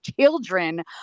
children